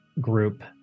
group